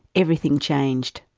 everything changed.